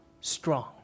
strong